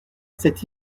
cette